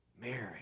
Mary